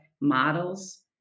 models